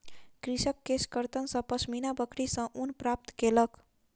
कृषक केशकर्तन सॅ पश्मीना बकरी सॅ ऊन प्राप्त केलक